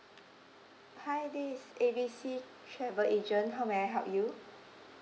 hi this is A B C travel agent how may I help you